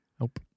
Nope